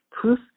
Proof